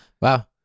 Wow